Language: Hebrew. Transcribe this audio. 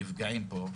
נפגעים פה,